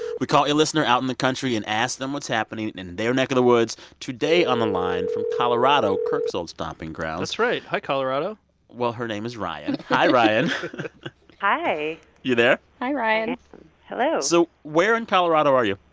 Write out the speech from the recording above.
we call a listener out in the country and ask them what's happening in their neck of the woods. today on the line from colorado, kirk's old stomping grounds. that's right. hi, colorado well, her name is ryan hi, ryan hi you there? hi, ryan hello so where in colorado are you?